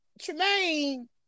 Tremaine